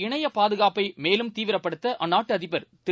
இணையபாதுகாப்பைமேலும் தீவிரப்படுத்தஅந்நாட்டுஅதிபர் திரு